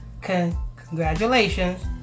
Congratulations